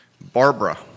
Barbara